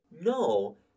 No